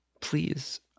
Please